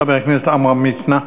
חבר הכנסת עמרם מצנע.